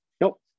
Nope